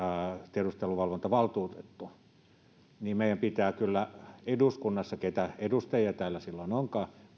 tiedusteluvalvontavaltuutettu niin meidän pitää kyllä eduskunnassa keitä edustajia täällä silloin onkaan